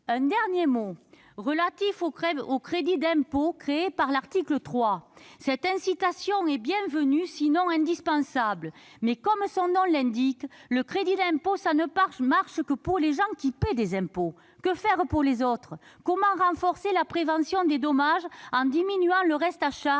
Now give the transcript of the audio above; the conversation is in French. Un dernier mot relatif au crédit d'impôt créé par l'article 3. Cette incitation est bienvenue, sinon indispensable. Néanmoins, comme son nom l'indique, le crédit d'impôt ne vaut que pour les gens qui payent des impôts. Que faire pour les autres ? Comment renforcer la prévention des dommages en diminuant le reste